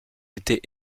été